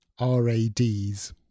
RAD's